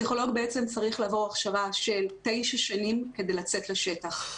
בעצם צריך לעבור הכשרה של תשע שנים כדי לצאת לשטח.